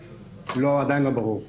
עדיין לא ברור.